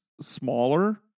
smaller